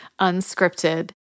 unscripted